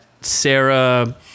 Sarah